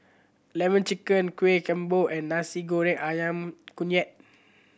Lemon Chicken kueh kembo and Nasi Goreng Ayam Kunyit